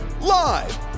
live